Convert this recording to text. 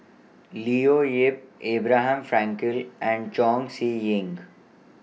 Leo Yip Abraham Frankel and Chong Siew Ying